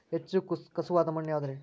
ಹೆಚ್ಚು ಖಸುವಾದ ಮಣ್ಣು ಯಾವುದು ರಿ?